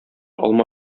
алма